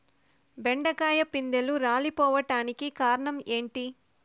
బెండకాయ పిందెలు రాలిపోవడానికి కారణం ఏంటి?